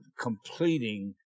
completing